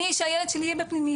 אני שהילד שלי יהיה בפנימייה